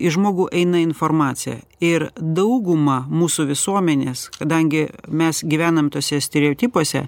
į žmogų eina informacija ir dauguma mūsų visuomenės kadangi mes gyvenam tuose stereotipuose